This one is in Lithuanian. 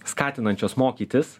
skatinančios mokytis